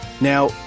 Now